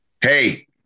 Hey